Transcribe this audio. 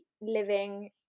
living